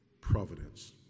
providence